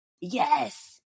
Yes